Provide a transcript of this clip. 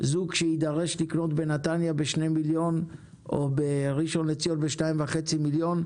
זוג שיידרש לקנות בנתניה ב-2,00,000 או בראשון לציון ב-2,500,000,